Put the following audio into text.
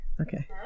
Okay